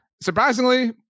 surprisingly